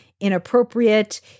inappropriate